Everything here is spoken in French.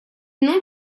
nom